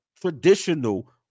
traditional